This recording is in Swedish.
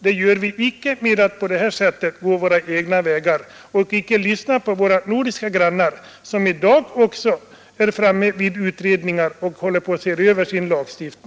Vi gör det icke genom att på det föreslagna sättet gå våra egna vägar. Vi har anledning att lyssna på våra nordiska grannar, som också de utreder frågan och ser över sin